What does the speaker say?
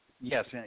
Yes